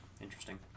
Interesting